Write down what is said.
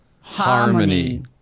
Harmony